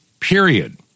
period